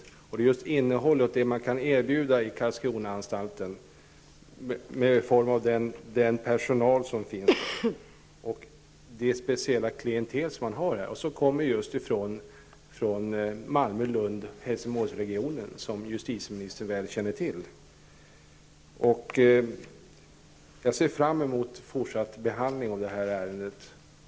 Det viktiga är ju innehållet, det man kan erbjuda i Karlskronaanstalten i form av den personal som där finns och det speciella klientel som man har och som just kommer från Malmö-, Lund och Helsingborgsregionen, som justitieministern väl känner till. Jag ser fram emot fortsatt behandling av ärendet.